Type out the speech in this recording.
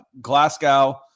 Glasgow